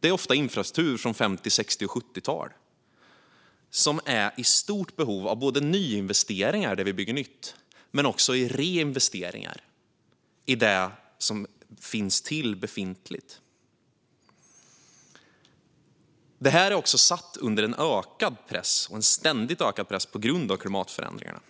Det är ofta infrastruktur från 50, 60 och 70-talen som är i stort behov av både nyinvesteringar, där vi bygger nytt, och reinvesteringar utöver det befintliga. Systemet är också satt under en ständigt ökad press på grund av klimatförändringarna.